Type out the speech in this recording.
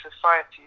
society